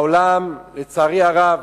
העולם, לצערי הרב,